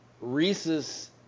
Reese's